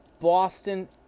Boston